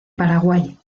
paraguay